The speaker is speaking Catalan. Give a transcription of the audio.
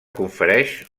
confereix